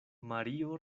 mario